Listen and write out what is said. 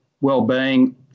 well-being